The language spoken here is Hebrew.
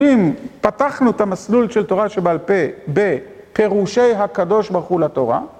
אם פתחנו את המסלול של תורה שבעל פה בפירושי הקדוש ברוך הוא לתורה